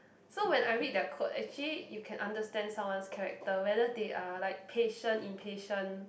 so when I read their code actually you can understand someone's character whether they are like patient impatient